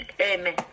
Amen